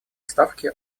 ставки